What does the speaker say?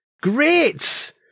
Great